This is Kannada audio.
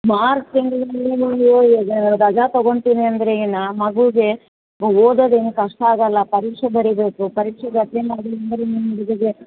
ಮಾರ್ಚ್ ನೀವು ರಜಾ ತಗೊತೀನಿ ಅಂದರೆ ಏನು ಮಗುಗೆ ಓದೋದೇನು ಕಷ್ಟ ಆಗೊಲ್ಲ ಪರೀಕ್ಷೆ ಬರೀಬೇಕು ಪರೀಕ್ಷೆ